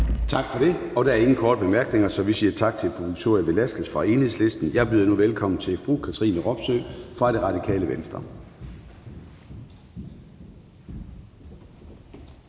Gade): Der er ingen korte bemærkninger, så vi siger tak til fru Victoria Velasquez fra Enhedslisten. Jeg byder nu velkommen til fru Katrine Robsøe fra Radikale Venstre.